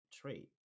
trade